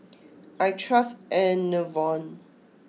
I trust Enervon